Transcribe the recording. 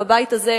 בבית הזה,